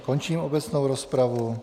Končím obecnou rozpravu.